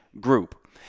group